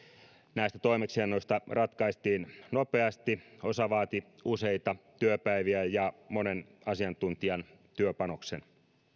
näistä toimeksiannoista ratkaistiin nopeasti osa vaati useita työpäiviä ja monen asiantuntijan työpanoksen